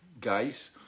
guys